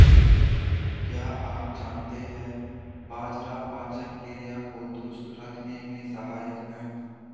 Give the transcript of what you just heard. क्या आप जानते है बाजरा पाचन क्रिया को दुरुस्त रखने में सहायक हैं?